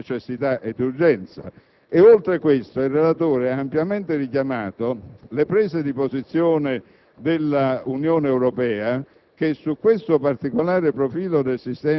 il riconoscimento della necessità ed urgenza. In secondo luogo, il relatore ha ampiamente richiamato le prese di posizione dell'Unione Europea,